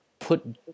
Put